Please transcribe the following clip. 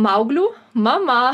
mauglių mama